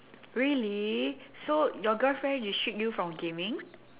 really so your girlfriend restrict you from gaming